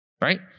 right